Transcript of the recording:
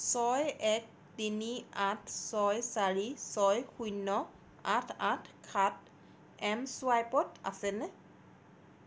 ছয় এক তিনি আঠ ছয় চাৰি ছয় শূন্য আঠ আঠ সাত এম চুৱাইপত আছেনে